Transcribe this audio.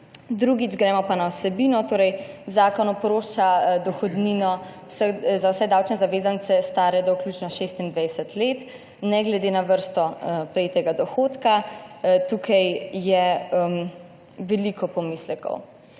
Potem gremo pa na vsebino. Zakon oprošča dohodnino za vse davčne zavezance, stare do vključno 26 let, ne glede na vrsto prejetega dohodka. Tukaj je veliko pomislekov.